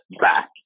back